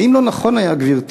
האם לא היה נכון, גברתי,